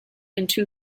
into